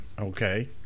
okay